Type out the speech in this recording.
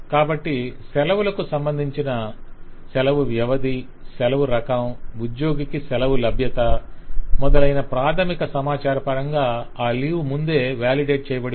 కాబట్టి సెలవులకు సంబంధించిన సెలవు వ్యవధి సెలవు రకం ఉద్యోగికి సెలవు లభ్యత మొదలైన ప్రాధమిక సమాచార పరంగా ఆ లీవ్ ముందే వాలిడేట్ చేయబడి ఉంది